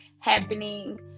happening